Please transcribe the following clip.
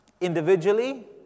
Individually